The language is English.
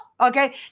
Okay